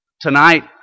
Tonight